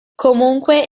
comunque